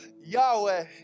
Yahweh